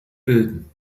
bilden